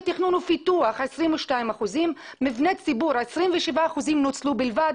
תכנון ופיתוח 22%; מבני ציבור 27% בלבד,